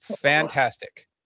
fantastic